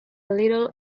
little